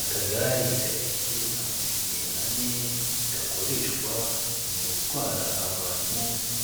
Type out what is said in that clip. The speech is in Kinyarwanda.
Akagare gafite amapine ane gakoreshwa mu gutwara abantu